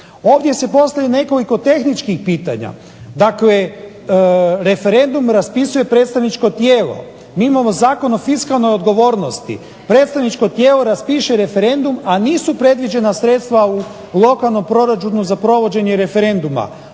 Ovdje se postavlja i nekoliko tehničkih pitanja. Dakle, referendum raspisuje predstavničko tijelo. Mi imamo Zakon o fiskalnoj odgovornosti. Predstavničko tijelo raspiše referendum, a nisu predviđena sredstva u lokalnom proračunu za provođenje referenduma.